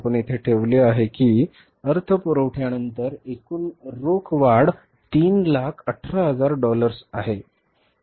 आपण येथे ठेवले आहे की अर्थपुरवठ्यानंतर एकूण रोख वाढ 318000 डॉलर्स आहे